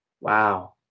Wow